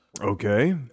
Okay